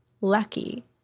lucky